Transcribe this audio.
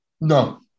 No